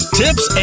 tips